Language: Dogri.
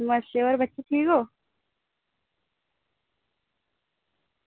नमस्ते होर बच्चे ठीक ओ